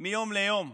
מיום ליום?